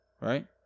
right